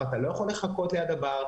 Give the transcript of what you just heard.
אתה לא יכול לחכות ליד הבר,